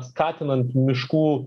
skatinant miškų